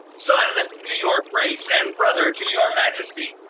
son ah to your grace, and brother to your majesty.